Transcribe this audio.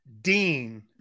Dean